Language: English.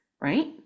right